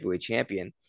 champion